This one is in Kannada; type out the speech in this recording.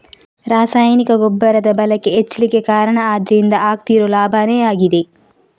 ರಾಸಾಯನಿಕ ಗೊಬ್ಬರದ ಬಳಕೆ ಹೆಚ್ಲಿಕ್ಕೆ ಕಾರಣ ಅದ್ರಿಂದ ಆಗ್ತಿರೋ ಲಾಭಾನೇ ಆಗಿದೆ